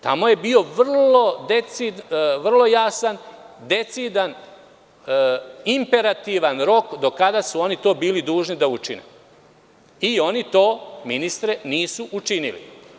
Tamo je bio vrlo jasan i decidan, imperativan rok do kada su oni to bili dužni da učine i oni to ministre, nisu učinili.